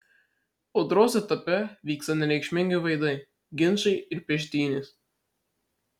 audros etape vyksta nereikšmingi vaidai ginčai ir peštynės